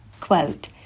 quote